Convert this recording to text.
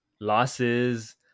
losses